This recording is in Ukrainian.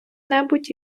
небудь